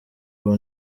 ubu